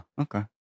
Okay